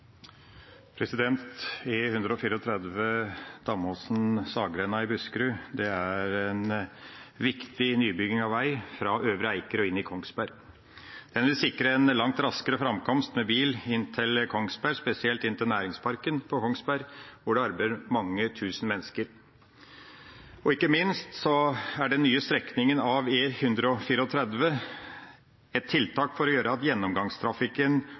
en viktig nybygging av vei fra Øvre Eiker og inn i Kongsberg. Den vil sikre en langt raskere framkomst med bil inn til Kongsberg, spesielt inn til næringsparken på Kongsberg hvor det arbeider mange tusen mennesker, og ikke minst er den nye strekninga av E134 et tiltak for å gjøre at gjennomgangstrafikken